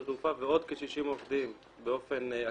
התעופה ועוד כ-60 עובדים באופן עקיף,